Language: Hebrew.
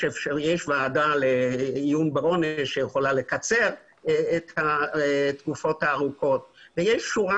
יש ועדה לעיון בעונש שיכולה לקצר את התקופות הארוכות ויש שורה